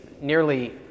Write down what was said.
nearly